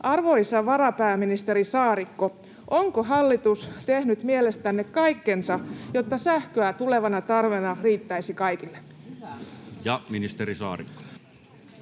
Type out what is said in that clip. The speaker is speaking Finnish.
Arvoisa varapääministeri Saarikko, onko hallitus tehnyt mielestänne kaikkensa, jotta sähköä tulevana talvena riittäisi kaikille? [Speech 4] Speaker: